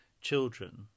children